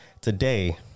Today